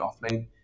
offline